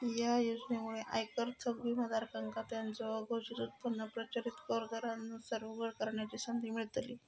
या योजनेमुळे आयकर थकबाकीदारांका त्यांचो अघोषित उत्पन्न प्रचलित कर दरांनुसार उघड करण्याची संधी मिळतली